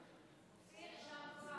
נתקבל.